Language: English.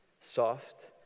soft